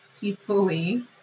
peacefully